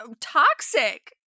toxic